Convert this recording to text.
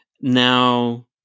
now